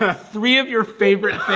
ah three of your favorite things?